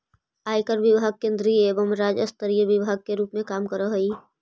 आयकर विभाग केंद्रीय एवं राज्य स्तरीय विभाग के रूप में काम करऽ हई